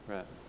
Right